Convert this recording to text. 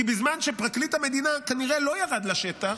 כי בזמן שפרקליט המדינה כנראה לא ירד לשטח,